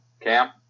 Cam